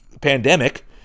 pandemic